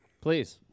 Please